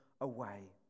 away